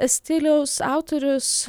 stiliaus autorius